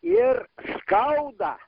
ir skauda